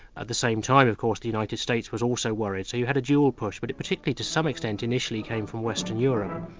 at the same time of course the united states was also worried. so you had a dual push, but particularly to some extent initially came from western europe.